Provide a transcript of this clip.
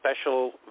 special